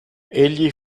egli